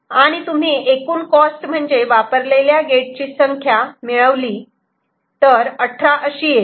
आणि तुम्ही एकूण कॉस्ट म्हणजे वापरलेल्या गेटची ची संख्या मिळविली तर 18 अशी येते